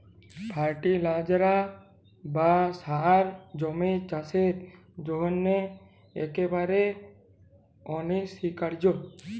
fertiliser বা সার জমির চাসের জন্হে একেবারে অনসীকার্য